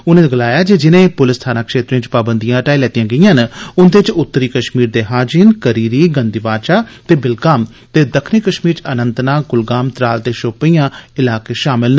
उनें गलाया जे जिने प्लस थाना क्षेत्रें च पाबंदियां हटाई लैतियां गेदियां न उन्दे च उत्तरी कश्मीर दे हाजिन करीरी दंगीवाचा ते विलगाम ते दक्खनी कश्मीर च अनंतनाग क्लगाम त्राल ते शोपियां बी शामल न